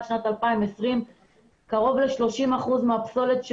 שנת 2020 קרוב ל-30 אחוזים מהפסולת,